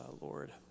Lord